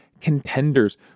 contenders